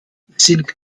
sind